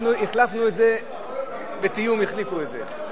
החלפנו את זה, בתיאום החליפו את זה.